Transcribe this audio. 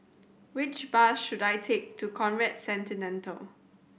which bus should I take to Conrad